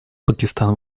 пакистан